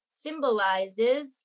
symbolizes